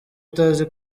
utazi